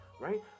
right